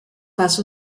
was